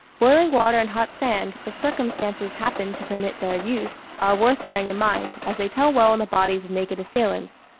boiling water and hot sand, if circumstances happened to permit their use, are worth bearing in mind, as they tell well on the bodies of naked assailants.